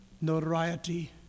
notoriety